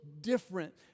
different